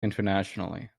internationally